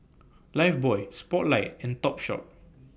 Lifebuoy Spotlight and Topshop